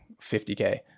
50K